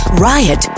Riot